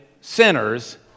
sinners